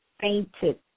fainted